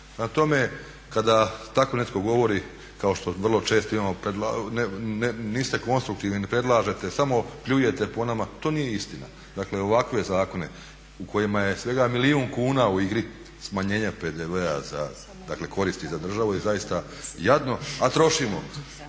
tome kada tako netko govori kao što vrlo često imamo, niste konstruktivni, ne predlažete, samo pljujete po nama to nije istina. Dakle, ovakve zakone u kojima je svega milijun kuna u igri smanjenja PDV-a, dakle koristi za državu je zaista jadno a trošimo